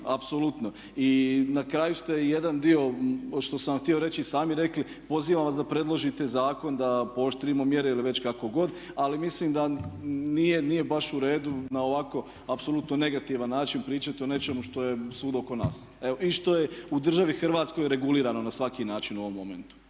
apsolutno. I na kraju ste i jedan dio što sam vam htio reći i sami rekli, pozivam vas da predložite zakon da pooštrimo mjere ili već kako god. Ali mislim da nije baš u redu na ovako apsolutno negativan način pričati o nečemu što je svud oko nas i što je u državi Hrvatskoj regulirano na svaki način u ovom momentu.